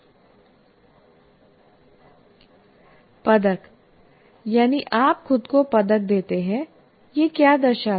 पदक यानी आप खुद को पदक देते हैं यह क्या दर्शाता है